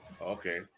Okay